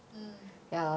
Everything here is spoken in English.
mm